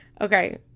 Okay